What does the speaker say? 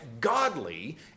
godly